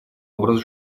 образ